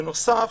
בנוסף,